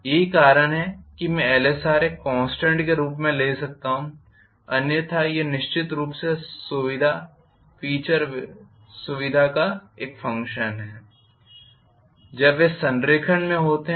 यही कारण है कि मैं Lsr एक कॉन्स्टेंट के रूप में ले सकता हूँ अन्यथा यह निश्चित रूप से फीचर सुविधा का एक फंक्शन है जब वे संरेखण में होते हैं